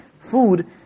food